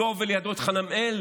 אותו, ולידו את חנמאל,